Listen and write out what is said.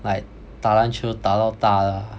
like 打篮球打到大 lah